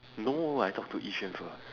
no I talk to yi xuan first